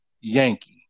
Yankee